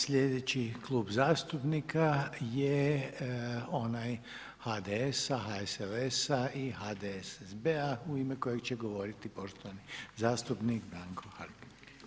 Slijedeći klub zastupnika je onaj HDS-a, HSLS-a i HDSSB-a u ime kojeg će govoriti poštovani zastupnik Branko Hrg.